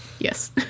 Yes